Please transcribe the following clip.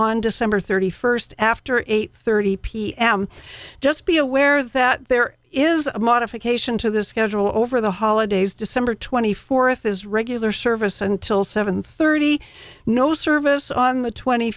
on december thirty first after eight thirty pm just be aware that there is a modification to the schedule over the holidays december twenty fourth is regular service until seven thirty no service on the twenty